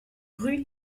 rue